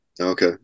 Okay